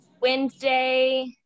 Wednesday